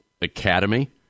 Academy